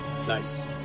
Nice